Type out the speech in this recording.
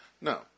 No